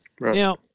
Now